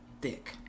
thick